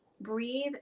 breathe